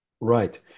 Right